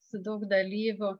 su daug dalyvių